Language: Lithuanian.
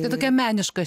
tai tokia meniška